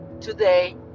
today